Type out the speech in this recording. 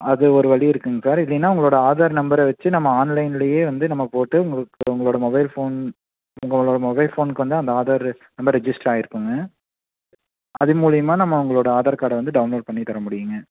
அது ஒரு வழி இருக்குதுங்க சார் இல்லைன்னா உங்களோடய ஆதார் நம்பரை வச்சு நம்ம ஆன்லைன்லேயே வந்து நம்ம போட்டு உங்களுக்கு உங்களோடய மொபைல் ஃபோன் உங்களோடய மொபைல் ஃபோனுக்கு வந்து அந்த ஆதாரு நம்பர் ரெஜிஸ்ட்ரு ஆகிருக்குங்க அது மூலயமா நம்ம உங்களோடய ஆதார் கார்டை டவுன்லோட் பண்ணி தர முடியுங்கள்